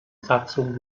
satzung